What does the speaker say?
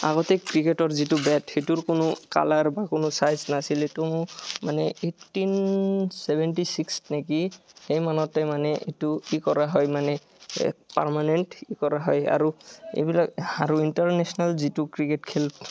আগতে ক্ৰিকেটৰ যিটো বেট সেইটোৰ কোনো কালাৰ বা কোনো চাইজ নাছিল এইটো মানে এইট্টিন চেভেণ্টি চিক্স নেকি সেই মানতে মানে এইটো কি কৰা হয় মানে এই পাৰ্মানেণ্ট ই কৰা হয় আৰু এইবিলাক হাৰ্মেণ্টৰ নিচিনা যিটো ক্ৰিকেট খেল